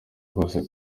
rwose